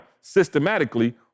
systematically